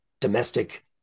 domestic